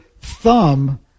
thumb